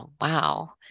wow